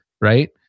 right